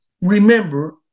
remember